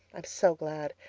i'm so glad.